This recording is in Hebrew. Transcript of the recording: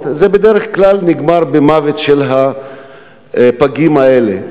בדרך כלל נגמרת במוות של הפגים האלה.